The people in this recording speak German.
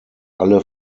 alle